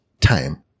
time